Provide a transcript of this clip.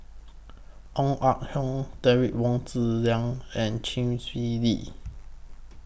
Ong Ah Hoi Derek Wong Zi Liang and Chee Swee Lee